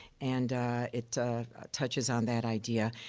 and it touches on that idea.